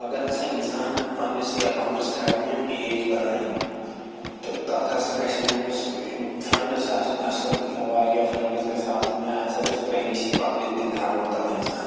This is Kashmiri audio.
اگر ہَسا اِنسان پنٛنِسٕے اٮ۪کاونٛٹس کھالہِ یِم پیج بناے تہٕ تَتھ ہَسا گَژھن أمِس یِم فرٮ۪نٛڈٕس آسٕنۍ اصٕل یِم وارِیاہ فرٮ۪نٛڈٕس گٔژھۍ آسٕنۍ یا ہسا گَژھِ پرٛٮ۪ویسی پبلِک تیٚلہِ تھاوُن تتھ اِنسان